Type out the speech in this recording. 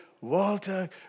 Walter